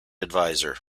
advisor